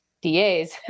DAs